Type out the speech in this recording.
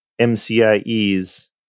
MCIE's